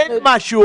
אין משהו אחר.